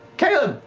caleb!